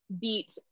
beat